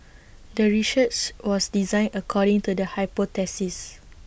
the research was designed according to the hypothesis